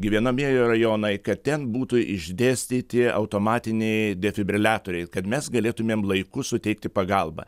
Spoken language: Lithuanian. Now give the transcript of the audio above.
gyvenamieji rajonai kad ten būtų išdėstyti automatiniai defibriliatoriai kad mes galėtumėm laiku suteikti pagalbą